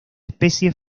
especie